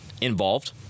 involved